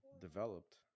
developed